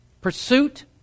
pursuit